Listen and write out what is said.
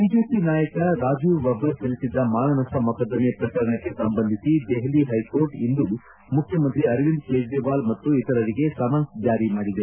BJP ನಾಯಕ ರಾಜೀವ್ ಬಬ್ಬರ್ ಸಲ್ಲಿಸಿದ್ದ ಮಾನನಪ್ಪ ಮೊಕದ್ದಮೆ ಪ್ರಕರಣಕ್ಕೆ ಸಂಬಂಧಿಸಿ ದೆಹಲಿ ಹೈಕೋರ್ಟ್ ಇಂದು ಮುಖ್ಯಮಂತ್ರಿ ಅರವಿಂದ ಕೇಜ್ರವಾಲ್ ಮತ್ತು ಇತರರಿಗೆ ಸಮನ್ಸ್ ಜಾರಿ ಮಾಡಿದೆ